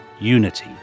Unity